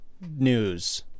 news